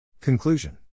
Conclusion